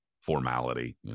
formality